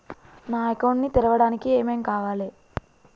నా అకౌంట్ ని తెరవడానికి ఏం ఏం కావాలే?